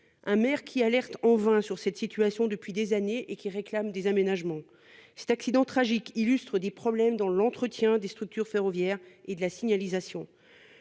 un maire qui alerte en vain sur cette situation depuis des années et qui réclame des aménagements. Cet accident tragique illustre les problèmes que nous connaissons dans l'entretien des structures ferroviaires et de la signalisation.